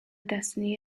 destiny